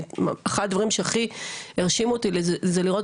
אחד הדברים שהכי הרשימו אותי זה לראות